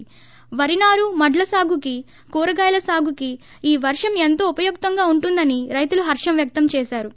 ేవరి నారు మడ్లు నాగుకి కూరగాయల సాగుకి ఈ వర్షం ఎంతో ఉపయుక్తంగా ఉంటుందని రైతులు హర్షం వ్యక్తం చేశారు